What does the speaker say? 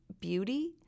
beauty